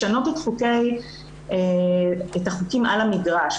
לשנות את החוקים על המגרש,